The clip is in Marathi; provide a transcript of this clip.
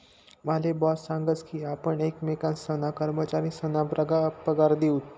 माले बॉस सांगस की आपण एकमेकेसना कर्मचारीसना पगार दिऊत